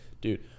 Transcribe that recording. dude